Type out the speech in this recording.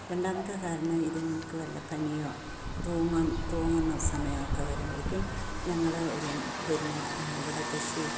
രണ്ടാമത്തെ കാരണം ഇതുങ്ങൾക്ക് വല്ല പനിയോ തൂങ്ങം തൂങ്ങുന്ന സമയമൊക്കെ വരുമ്പോഴേക്കും ഞങ്ങൾ ഒരു പിന്നെ അവിടെ കൃഷി